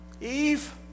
Eve